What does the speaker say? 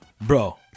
Bro